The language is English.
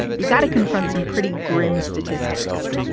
you've got to confront some pretty grim statistics.